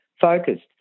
focused